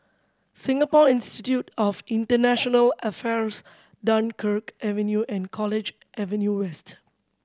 Singapore Institute of International Affairs Dunkirk Avenue and College Avenue West